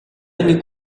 нэг